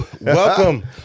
welcome